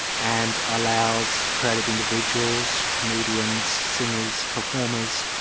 and allows creative individuals, comedians, singers, performers,